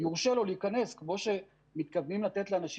אם יורשה לו להיכנס כמו שמתכוונים לתת לאנשים